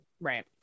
Right